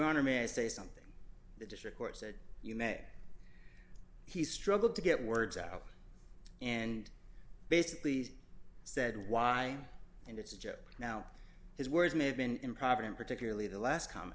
may i say something the district court said you may he struggled to get words out and basically said why and it's a joke now his words may have been improper and particularly the last com